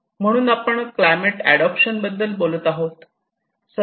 म्हणून आपण climate adoption बद्दल बोलत आहोत